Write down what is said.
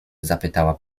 zapytała